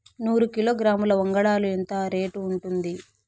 నూరు కిలోగ్రాముల వంగడాలు ఎంత రేటు ఉంటుంది?